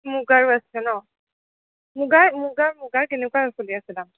মুগাৰো আছে ন মুগাৰ মুগাৰ মুগাৰ কেনেকুৱা চলি আছে দাম